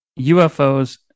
UFOs